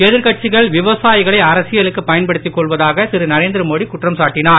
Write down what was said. எதிர்கட்சிகள் விவசாயிகளை அரசியலுக்கு பயன்படுத்திக் கொள்வதாக திரு நரேந்திரமோடி குற்றம் சாட்டினார்